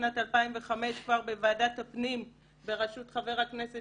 בשנת 2005 כבר בוועדת הפנים בראשות חבר הכנסת